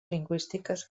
lingüístiques